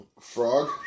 frog